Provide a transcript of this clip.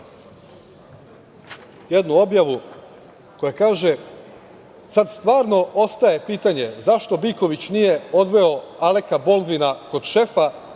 jednu objavu koja kaže – sad stvarno ostaje pitanje zašto Biković nije odveo Aleka Boldvina kod šefa,